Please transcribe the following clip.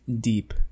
Deep